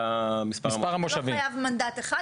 שקיבלו מנדט,